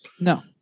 No